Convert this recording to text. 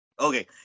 Okay